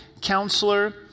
counselor